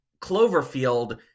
Cloverfield